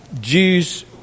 Jews